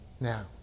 Now